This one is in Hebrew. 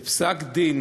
בפסק-דין